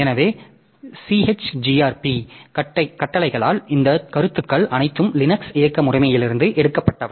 எனவே chgrp கட்டளைகளால் இந்த கருத்துக்கள் அனைத்தும் லினக்ஸ் இயக்க முறைமையிலிருந்து எடுக்கப்பட்டவை